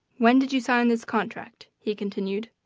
when did you sign this contract? he continued.